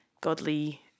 godly